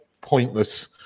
pointless